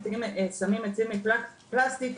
שמים עצים מפלסטיק,